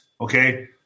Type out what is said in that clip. Okay